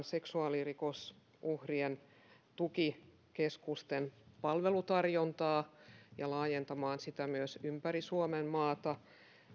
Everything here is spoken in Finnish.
seksuaalirikoksen uhrien tukikeskusten palvelutarjontaa ja myös laajentamaan sitä ympäri suomenmaata